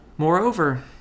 Moreover